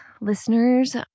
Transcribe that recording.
listeners